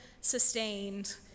sustained